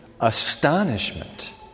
astonishment